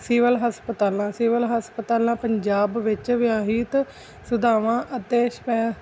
civil ਹਸਪਤਾਲਾਂ civil ਹਸਪਤਾਲਾਂ ਪੰਜਾਬ ਵਿੱਚ ਵਿਆਹੀਤ ਸੁਵਿਧਾਵਾਂ ਅਤੇ ਸ਼ਪੈ